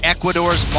Ecuador's